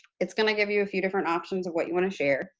it's going to give you a few different options of what you want to share.